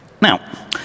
Now